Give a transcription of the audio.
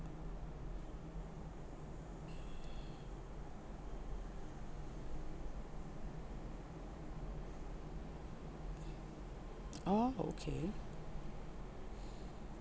oh okay